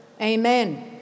Amen